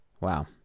wow